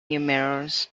numerals